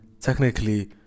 technically